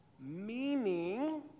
Meaning